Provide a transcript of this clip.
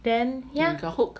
then ya got hooked